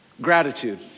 gratitude